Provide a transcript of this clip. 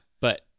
But-